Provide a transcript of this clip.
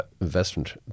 investment